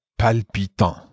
palpitant